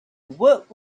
woot